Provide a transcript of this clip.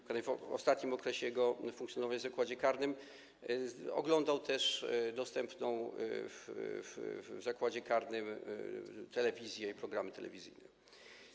W ostatnim okresie jego funkcjonowania w zakładzie karnym oglądał też dostępną w zakładzie karnym telewizję i programy telewizyjne.